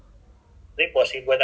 ah trace together kan